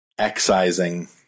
excising